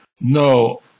No